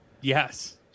Yes